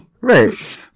Right